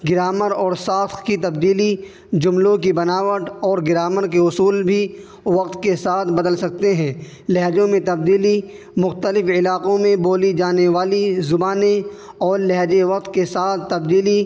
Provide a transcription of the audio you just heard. grammar اور ساخت کی تبدیلی جملوں کی بناوٹ اور گرامر کے اصول بھی وقت کے ساتھ بدل سکتے ہیں لہجوں میں تبدیلی مختلف علاقوں میں بولی جانے والی زبانیں اور لہجے وقت کے ساتھ تبدیلی